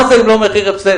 מה זה אם לא מחיר הפסד?